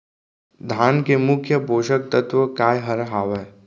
धान के मुख्य पोसक तत्व काय हर हावे?